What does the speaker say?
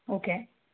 okay